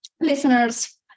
listeners